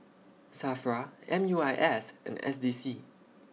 SAFRA M U I S and S D C